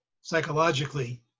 psychologically